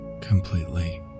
completely